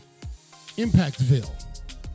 Impactville